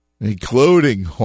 Including